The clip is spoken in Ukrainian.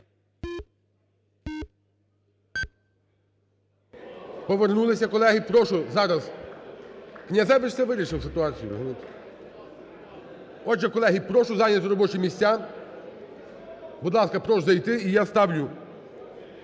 Повернулися, колеги. Прошу зараз… Князевич це вирішив ситуацію. Отже, колеги, прошу зайняти робочі місця, будь ласка, прошу зайти. І я ставлю